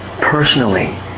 Personally